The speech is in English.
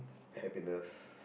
happiness